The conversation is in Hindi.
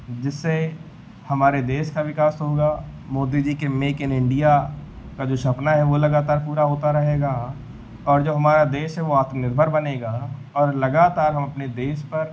जिससे हमारे देश का विकास होगा मोदी जी के मेक इन इण्डिया का जो सपना है वह लगातार पूरा होता रहेगा और जो हमारा देश है वह आत्मनिर्भर बनेगा और लगातार हम अपने देश पर